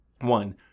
one